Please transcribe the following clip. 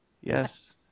Yes